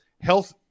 health